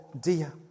dear